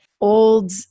old